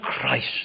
Christ